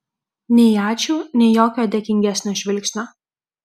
nei ačiū nei jokio dėkingesnio žvilgsnio